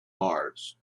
mars